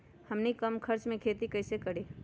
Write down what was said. हमनी कम खर्च मे खेती कई से करी?